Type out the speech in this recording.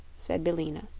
said billina.